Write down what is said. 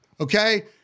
okay